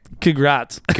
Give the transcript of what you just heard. Congrats